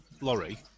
lorry